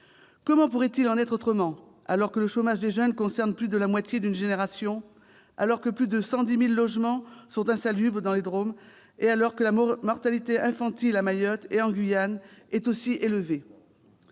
Comment pourrait-il en être autrement, alors que le chômage des jeunes concerne plus de la moitié d'une génération, alors que plus de 110 000 logements sont insalubres dans les départements et régions d'outre-mer, alors que la mortalité infantile à Mayotte et en Guyane atteint un niveau